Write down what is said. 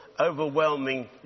overwhelming